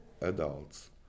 adults